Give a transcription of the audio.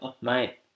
Mate